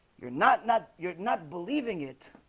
you're not not you're not believing it